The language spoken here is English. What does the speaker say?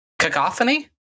cacophony